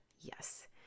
Yes